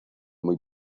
muy